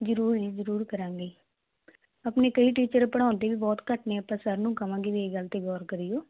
ਜ਼ਰੂਰੀ ਜੀ ਜ਼ਰੂਰ ਕਰਾਂਗੇ ਆਪਣੇ ਕਈ ਟੀਚਰ ਪੜ੍ਹਾਉਂਦੇ ਵੀ ਬਹੁਤ ਘੱਟ ਨੇ ਆਪਾਂ ਸਰ ਨੂੰ ਕਹਾਂਗੇ ਵੀ ਇਹ ਗੱਲ 'ਤੇ ਗੌਰ ਕਰਿਓ